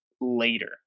later